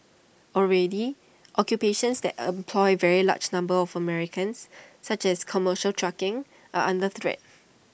already occupations that employ very large numbers of Americans such as commercial trucking are under threat